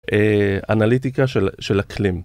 אנליטיקה של אקלים.